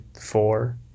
four